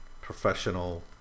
professional